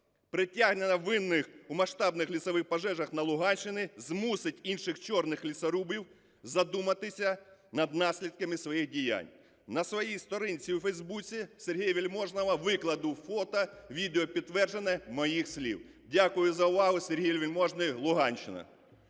Притягнення винних у масштабних лісових пожежах на Луганщині змусить інших "чорних" лісорубів задуматися над наслідками своїх діянь. На своїй сторінці у фейсбуці, Сергія Вельможного, викладу фото, відеопідтвердження моїх слів. Дякую за увагу. Сергій Вельможний, Луганщина.